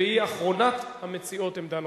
והיא אחרונת המציעות עמדה נוספת.